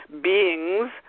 beings